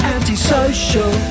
Anti-social